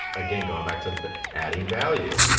again going back to adding value,